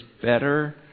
better